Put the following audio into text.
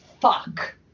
fuck